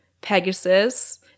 Pegasus